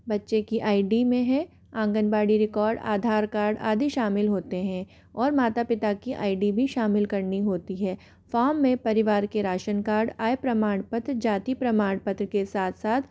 बच्चे की ID में हैं आंगनबाड़ी रिकॉर्ड आधार कार्ड आदि शामिल होते हैं और माता पिता की आई डी भी शामिल करनी होती हैं फॉर्म में परिवार के राशन कार्ड आय प्रमाण पत्र जाति प्रमाण पत्र के साथ साथ